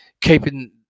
keeping